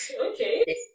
Okay